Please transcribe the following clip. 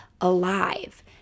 alive